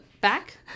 Back